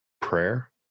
Prayer